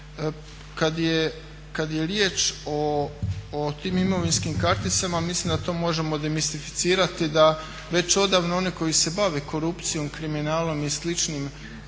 Kad je riječ o tim imovinskim karticama mislim da to možemo demistificirati da već odavno oni koji se bave korupcijom, kriminalom i